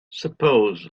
suppose